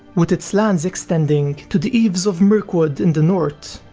with its lands extended to the eaves of mirkwood in the north,